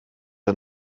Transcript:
der